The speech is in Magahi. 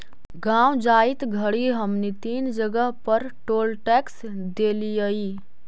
गाँव जाइत घड़ी हमनी तीन जगह पर टोल टैक्स देलिअई